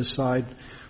decide